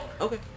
okay